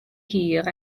hir